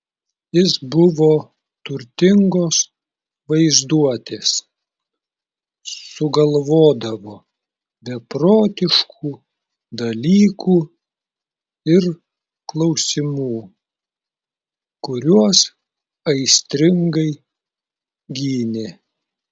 jis buvo turtingos vaizduotės sugalvodavo beprotiškų dalykų ir klausimų kuriuos aistringai gynė